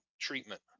treatment